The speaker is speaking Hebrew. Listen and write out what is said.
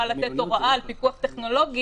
מתקבלת הצעתו של מנהל הוועדה.